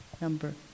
number